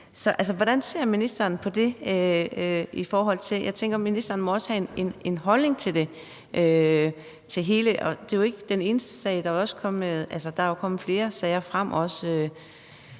Så hvordan ser ministeren på det? For jeg tænker, at ministeren også må have en holdning til det. Det er jo ikke den eneste sag; der er også kommet flere sager frem